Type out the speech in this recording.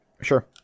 sure